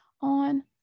on